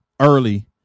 early